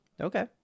okay